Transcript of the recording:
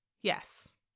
Yes